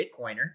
Bitcoiner